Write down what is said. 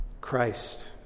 Christ